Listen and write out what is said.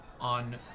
on